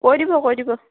কৈ দিব কৈ দিব